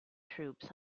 troops